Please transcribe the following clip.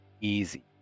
easy